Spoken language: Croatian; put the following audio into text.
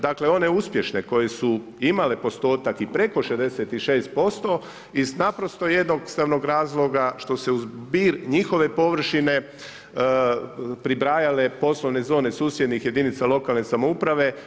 Dakle, one uspješne koje su imale postotak i preko 66% iz naprosto jednostavnog razloga, što se uz zbir njihove površine, pribijale poslovne zone susjednih jedinica lokalne samouprave.